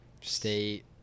State